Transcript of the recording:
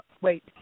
wait